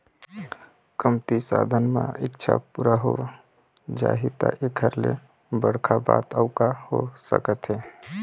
कमती साधन म इच्छा पूरा हो जाही त एखर ले बड़का बात अउ का हो सकत हे